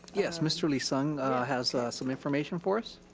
yes, mr. lee-sung has some information for us.